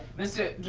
mr.